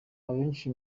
abenshi